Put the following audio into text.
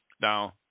Now